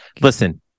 Listen